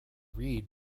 reed